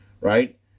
right